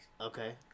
Okay